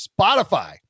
Spotify